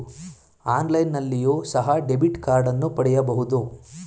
ಆನ್ಲೈನ್ನಲ್ಲಿಯೋ ಸಹ ಡೆಬಿಟ್ ಕಾರ್ಡನ್ನು ಪಡೆಯಬಹುದು